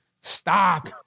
stop